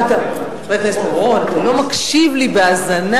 חבר הכנסת בר-און, אתה לא מקשיב לי בהאזנה.